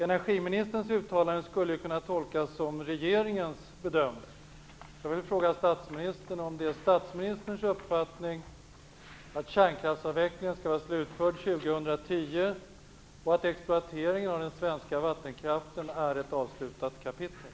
Energiministerns uttalande skulle kunna tolkas som regeringens bedömning.